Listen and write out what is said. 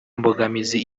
mbogamizi